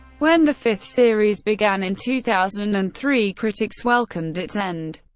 when the fifth series began in two thousand and three, critics welcomed its end.